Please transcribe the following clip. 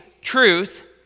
truth